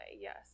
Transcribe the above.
yes